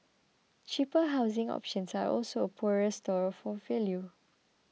cheaper housing options are also a poorer store for value